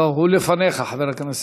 לא, הוא לפניך, חבר הכנסת.